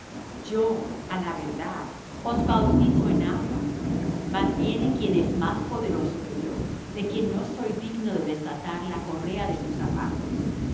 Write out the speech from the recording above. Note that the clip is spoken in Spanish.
yo á la verdad os bautizo en agua mas viene quien es más poderoso que yo de quien no soy digno de desatar la correa de sus zapatos